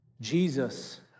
Jesus